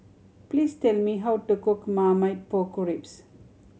please tell me how to cook marmite pork ribs